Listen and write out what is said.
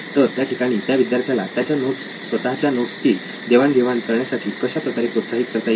तर त्या ठिकाणी त्या विद्यार्थ्याला त्याच्या स्वतःच्या नोट्स ची देवाण घेवाण करण्यासाठी कशा प्रकारे प्रोत्साहित करता येईल